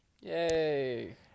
Yay